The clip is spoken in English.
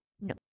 No